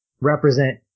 represent